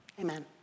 Amen